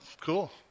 cool